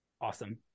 Awesome